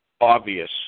obvious